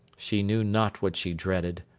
she knew not what she dreaded,